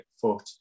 foot